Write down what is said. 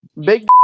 Big